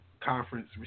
conference